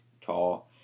tall